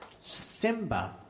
Simba